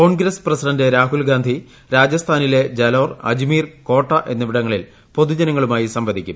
Congress president Rahul Gandhi രാജസ്ഥാനിലെ ജാലോർ അജ്മീർ കോട്ട എന്നിവിടങ്ങളിൽ പൊതുജനങ്ങളുമായി സംവധിക്കും